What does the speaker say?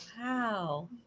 Wow